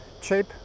cheap